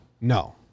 No